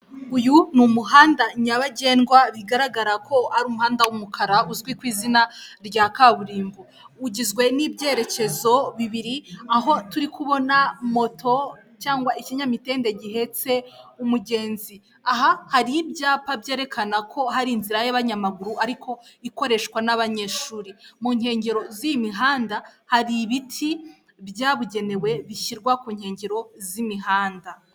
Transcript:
Uyu ni umuhanda nyabagendwa bigaragara ko ari umuhanda w'umukara uzwi ku izina rya kaburimbo. Ugizwe n'ibyerekezo bibiri, aho turikubona moto cyangwa ikinyamitende gihetse umugenzi. Aha hari ibyapa byerekana ko hari inzira y'abanyamaguru ariko ikoreshwa n'abanyeshuri, mu inkengero z'iyi mihanda hari ibiti byabugenewe bishyirwa ku inkengero z'imihanda.